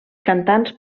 cantants